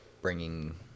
bringing